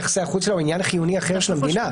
יחסי החוץ שלה או עניין חיוני אחר של המדינה.